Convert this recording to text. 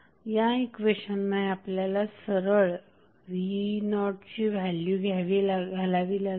या इक्वेशनमध्ये आपल्याला सरळ v0ची व्हॅल्यु घालावी लागेल